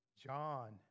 John